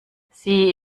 sie